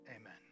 Amen